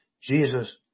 Jesus